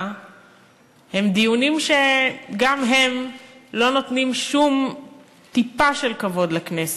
הם דיונים שגם הם לא נותנים שום טיפה של כבוד לכנסת.